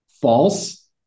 false